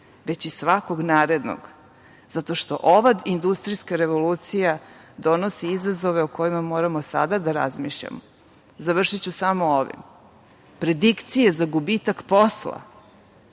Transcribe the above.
već i svakog narednog zato što ova industrijska revolucija donosi izazove o kojima moramo sada da razmišljamo. Završiću samo ovim, predikcije za gubitak posla,